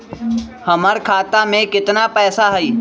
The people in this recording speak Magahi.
हमर खाता में केतना पैसा हई?